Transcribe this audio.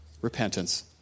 Repentance